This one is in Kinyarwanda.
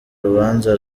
rubanza